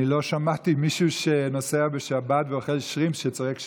אני לא שמעתי מישהו שנוסע בשבת ואוכל שרימפס שצועק "שאבעס".